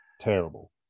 terrible